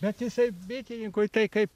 bet jisai bitininkui tai kaip